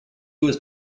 was